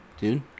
dude